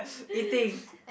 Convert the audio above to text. eating